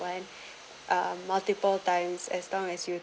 one uh multiple times as long as you